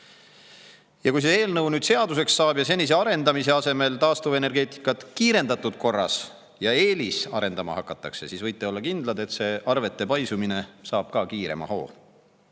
Ja kui see eelnõu seaduseks saab ja senise arendamise asemel hakatakse taastuvenergeetikat kiirendatud korras eelisarendama, siis võite olla kindlad, et arvete paisumine saab ka kiirema hoo.